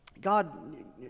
God